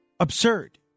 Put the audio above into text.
Absurd